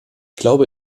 glaube